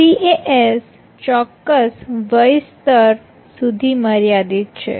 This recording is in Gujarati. CAS ચોક્કસ વય સ્તર સુધી મર્યાદિત છે